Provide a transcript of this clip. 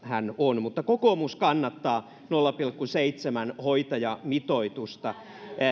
hän on kokoomus kannattaa nolla pilkku seitsemän hoitajamitoitusta